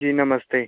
जी नमस्ते